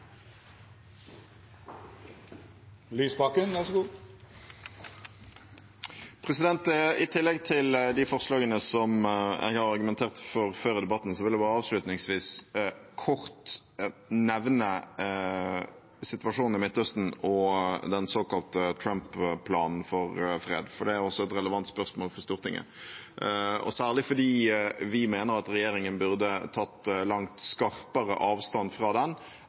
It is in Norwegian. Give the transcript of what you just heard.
I tillegg til de forslagene som jeg har argumentert for før i debatten, vil jeg bare avslutningsvis kort nevne situasjonen i Midtøsten og den såkalte Trump-planen for fred. Det er også et relevant spørsmål for Stortinget, og særlig fordi vi mener at regjeringen burde ha tatt langt skarpere avstand fra den